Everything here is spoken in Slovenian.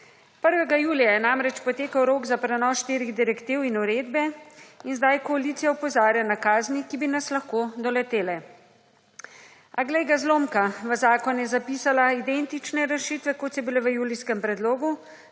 1. julija je namreč potekel rok za prenos štirih direktiv in uredbe in zdaj koalicija opozarja na kazni, ki bi nas lahko doletele. A glej ga zlomka, v zakon je zapisala identične rešitve kot so bile v julijskem predlogu,